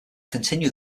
continue